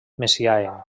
messiaen